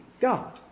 God